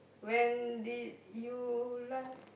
when did you last